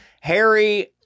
Harry